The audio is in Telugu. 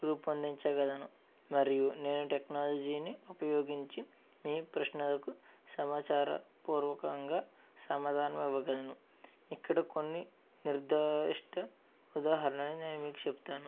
రూపొందిచగలను మరియు నేను టెక్నాలజీని ఉపయోగించి మీ ప్రశ్నలకు సమాచార పూర్వకంగా సమాధానం ఇవ్వగలను ఇక్కడ కొన్ని నిర్ధాయిష్ట ఉదాహరణలు నేను మీకు చెపుతాను